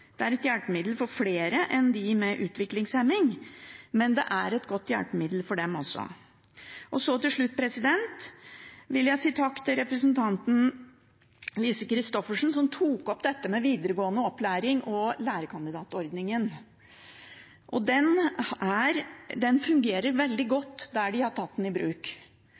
det er et hjelpemiddel for flere enn dem med utviklingshemning, men det er et godt hjelpemiddel for dem også. Til slutt vil jeg si takk til representanten Lise Christoffersen, som tok opp dette med videregående opplæring og lærekandidatordningen. Den fungerer veldig godt der man har tatt den i bruk,